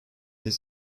his